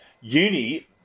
Uni